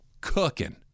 cooking